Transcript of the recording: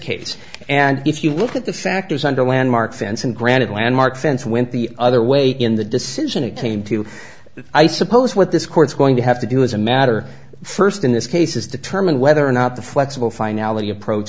case and if you look at the factors under landmark fans and granted landmark fans went the other way in the decision it came to that i suppose what this court's going to have to do as a matter first in this case is determine whether or not the flexible finality approach